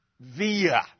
via